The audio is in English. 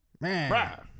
Man